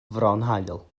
fronhaul